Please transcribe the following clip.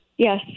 Yes